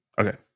Okay